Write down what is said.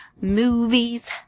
Movies